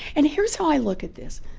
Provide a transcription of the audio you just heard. and here's how i look at this.